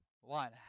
one